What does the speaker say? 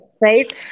right